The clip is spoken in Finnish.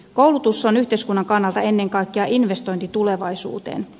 koulutus on yhteiskunnan kannalta ennen kaikkea investointi tulevaisuuteen